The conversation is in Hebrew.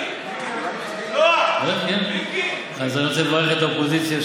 אז אני רוצה לברך את האופוזיציה,